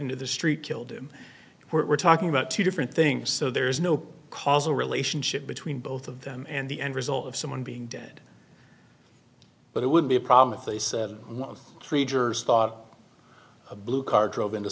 into the street killed him we're talking about two different things so there's no causal relationship between both of them and the end result of someone being dead but it would be a problem if these creatures thought a blue car drove into